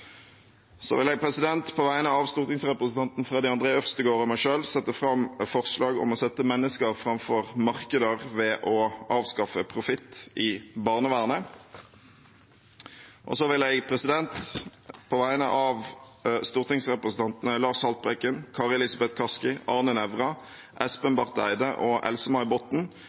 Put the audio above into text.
Så vil jeg på vegne av stortingsrepresentant Freddy André Øvstegård og meg selv sette fram forslag om å sette mennesker framfor markeder ved å avskaffe profitt i barnevernet. Og så vil jeg på vegne av stortingsrepresentantene Lars Haltbrekken, Kari Elisabeth Kaski, Arne Nævra, Espen Barth Eide, Else-May Botten og